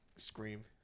Scream